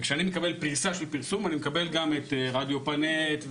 ואני מקבל גם את רדיו פאנט,